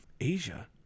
Asia